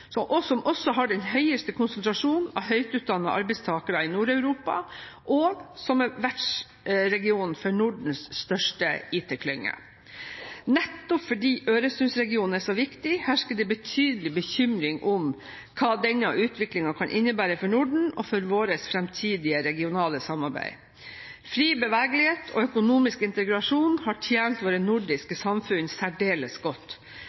som også har den høyeste konsentrasjonen av høyt utdannede arbeidstakere i Nord-Europa, og som er vertsregion for Nordens største IT-klynge. Nettopp fordi Øresundsregionen er så viktig, hersker det betydelig bekymring om hva denne utviklingen kan innebære for Norden og for vårt fremtidige regionale samarbeid. Fri bevegelighet og økonomisk integrasjon har tjent våre nordiske samfunn særdeles godt.